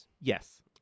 Yes